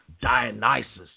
Dionysus